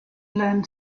learn